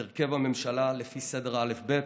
את הרכב הממשלה לפי סדר האל"ף-בי"ת: